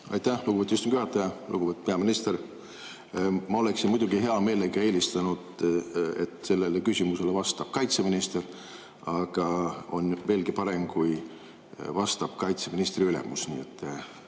Aitäh, lugupeetud istungi juhataja! Lugupeetud peaminister! Ma oleksin muidugi hea meelega näinud, et sellele küsimusele vastab kaitseminister, aga on veelgi parem, kui vastab kaitseministri ülemus.